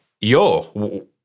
yo